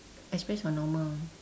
express or normal